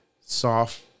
soft